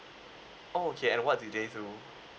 oh okay and what did they do